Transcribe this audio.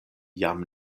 jam